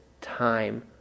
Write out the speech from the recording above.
time